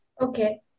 Okay